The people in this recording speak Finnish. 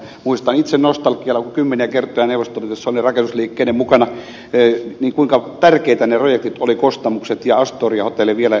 muistan itse nostalgialla kun kymmeniä kertoja neuvostoliitossa olin rakennusliikkeiden mukana kuinka tärkeitä ne projektit olivat kostamus ja astoria hotelli